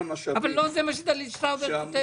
--- אבל לא זה מה שדלית שטאובר כותבת.